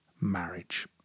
Marriage